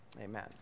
amen